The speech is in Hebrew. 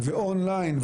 -- אונליין,